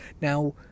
now